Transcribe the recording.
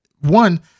one